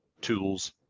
tools